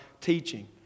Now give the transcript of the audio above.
teaching